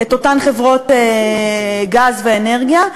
את אותן חברות גז ואנרגיה,